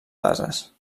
bases